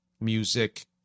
music